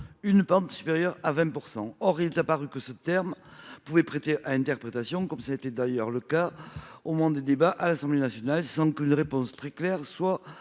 une pente supérieure à 20 %. Or il est apparu que cette rédaction était sujette à interprétation, comme cela a été d’ailleurs le cas au moment des débats à l’Assemblée nationale, sans qu’une réponse très claire soit